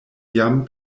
jam